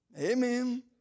Amen